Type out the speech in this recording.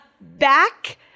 back